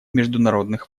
международных